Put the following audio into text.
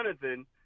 Jonathan